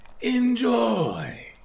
enjoy